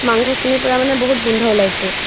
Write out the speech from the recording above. মাংসখিনিৰ পৰা মানে বহুত গোন্ধ ওলাইছে